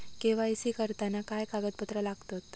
KYC करताना काय कागदपत्रा लागतत?